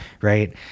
right